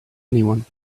anyone